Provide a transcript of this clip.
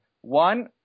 One